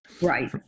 Right